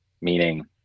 Meaning